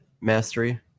mastery